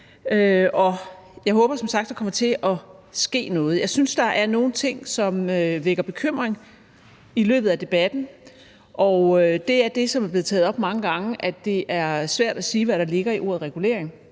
jeg håber som sagt, at der kommer til at ske noget. Jeg synes, der var nogle ting, som vakte bekymring i løbet af debatten. Det var det, som er blevet taget op mange gange, nemlig at det er svært at sige, hvad der ligger i ordet regulering.